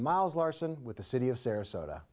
miles larson with the city of sarasota